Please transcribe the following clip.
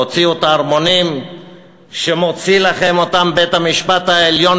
תוציאו את הערמונים שמוציא לכם אותם בית-המשפט העליון,